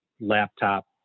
laptop